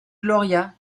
gloria